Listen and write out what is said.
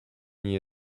nii